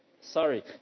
Sorry